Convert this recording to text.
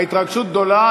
ההתרגשות גדולה,